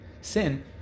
sin